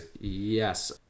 Yes